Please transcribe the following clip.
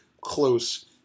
close